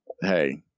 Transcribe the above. Hey